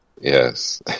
yes